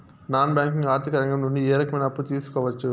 Non banking ఆర్థిక రంగం నుండి ఏ రకమైన అప్పు తీసుకోవచ్చు?